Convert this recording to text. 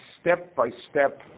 step-by-step